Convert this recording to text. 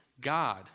God